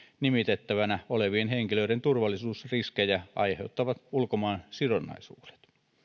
nimitettävänä olevien henkilöiden turvallisuusriskejä aiheuttavat ulkomaansidonnaisuudet